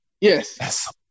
Yes